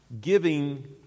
giving